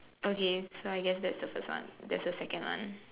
okay so I guess that's the first one there's the second one